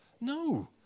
No